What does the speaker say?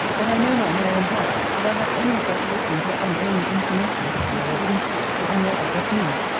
that i know not my own heart if i have any of that latent or unowned inclination, which you would impute to any other but me.